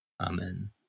Amen